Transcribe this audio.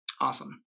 Awesome